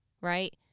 Right